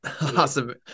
Awesome